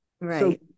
right